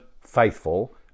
faithful